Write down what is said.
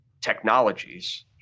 technologies